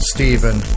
Stephen